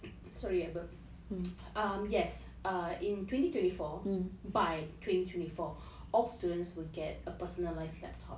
sorry but um yes err in twenty twenty four by twenty twenty four all students will get a personalised laptop